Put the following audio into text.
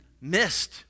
missed